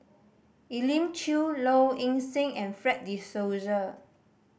Elim Chew Low Ing Sing and Fred De Souza